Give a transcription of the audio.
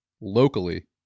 locally